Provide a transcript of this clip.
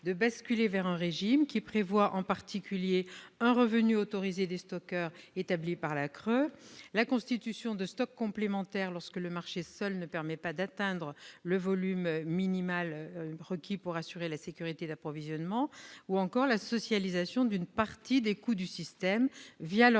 de basculer vers un régime prévoyant, en particulier, un revenu autorisé des stockeurs établi par la CRE, la constitution de stocks complémentaires lorsque le marché seul ne permet pas d'atteindre le volume minimal requis pour assurer la sécurité d'approvisionnement, ou encore la socialisation d'une partie des coûts du système leur